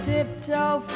Tiptoe